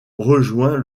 rejoint